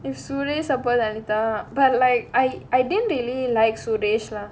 if suresh super anita but like I I didn't really like suresh lah